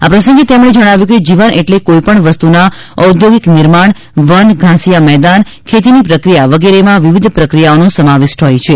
આ પ્રસંગે તેમણે જણાવ્યુ કે જીવન એટલે કોઇ પણ વસ્તુના ઔદ્યોગિક નિર્માણ વન ધાસિયા મેદાન ખેતીની પ્રક્રિયા વગેરેમાં વિવિધ પ્રક્રિયાઓનો સમાવિષ્ટ હોય છે